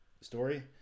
story